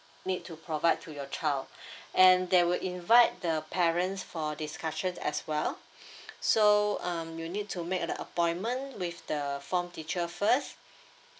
need to provide to your child and they will invite the parents for discussion as well so um you'll need to make the appointment with the form teacher first